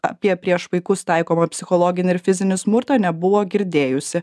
apie prieš vaikus taikomą psichologinį ir fizinį smurtą nebuvo girdėjusi